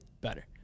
better